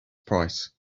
price